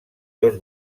dos